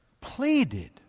pleaded